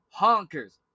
honkers